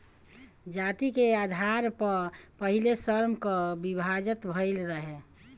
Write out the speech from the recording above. जाति के आधार पअ पहिले श्रम कअ विभाजन भइल रहे